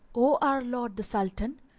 o our lord the sultan,